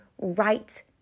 right